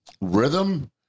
rhythm